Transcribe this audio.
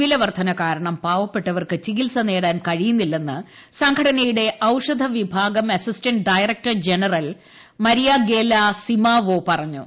വില വർദ്ധന കാരണം പാവപ്പെട്ടവർക്ക് ചികിത്സ നേടാൻ കഴിയുന്നില്ലെന്ന് സംഘടനയുടെ ഔഷധ വിഭാഗം assistant director general Mariangela Simao പറഞ്ഞു